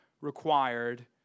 required